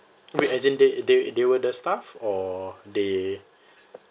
wait as in they they they were the staff or they